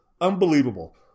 Unbelievable